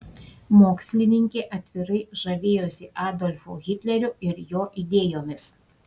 mokslininkė atvirai žavėjosi adolfu hitleriu ir jo idėjomis